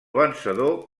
vencedor